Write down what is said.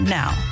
now